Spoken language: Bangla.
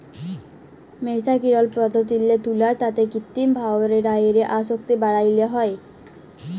মের্সারিকরল পদ্ধতিল্লে তুলার তাঁতে কিত্তিম ভাঁয়রে ডাইয়ের আসক্তি বাড়ালো হ্যয়